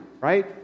right